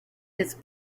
his